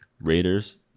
Raiders